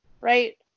Right